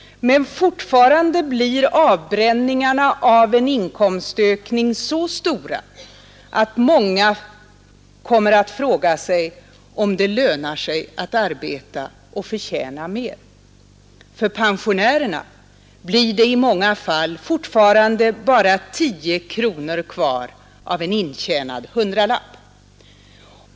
Men fortfarande blir avbränningarna på en inkomstökning så stora att många kommer att fråga sig om det lönar sig att arbeta och förtjäna mer. För pensionärerna blir det i många fall fortfarande bara 10 kronor kvar av en intjänad hundralapp.